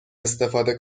استفاده